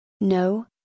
No